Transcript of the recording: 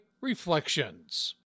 Reflections